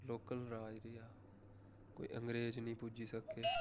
local राज रेहा कोई अंग्रेज नी पुज्जी सके